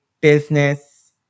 business